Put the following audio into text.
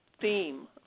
theme